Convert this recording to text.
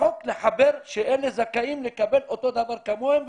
בחוק לחבר שאלה זכאים לקבל אותו דבר כמוהם.